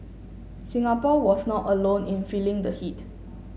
Singapore was not alone in feeling the heat